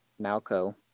Malco